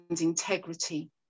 integrity